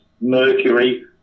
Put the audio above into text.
Mercury